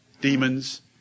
demons